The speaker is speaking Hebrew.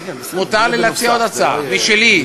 כן כן, בסדר, זה יהיה בנוסף, אני מבין.